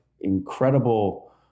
incredible